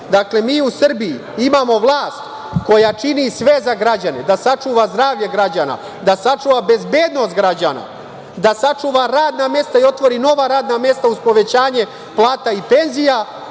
mesta. Dakle, mi u Srbiji imamo vlast koja čini sve za građane, da sačuva zdravlje građana, da sačuva bezbednost građana, da sačuva radna mesta i otvori nova radna mesta uz povećanje plata i penzija,